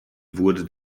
wurde